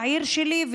בעיר שלי,